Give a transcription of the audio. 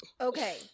okay